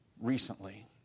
recently